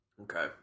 Okay